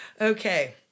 Okay